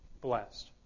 blessed